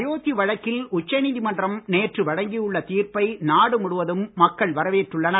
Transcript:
அயோத்தி வழக்கில் உச்சநீதிமன்றம் நேற்று வழங்கியுள்ள தீர்ப்பை நாடு முழுவதும் மக்கள் வரவேற்றுள்ளனர்